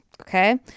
Okay